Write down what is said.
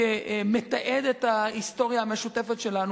כמתעד את ההיסטוריה המשותפת שלנו,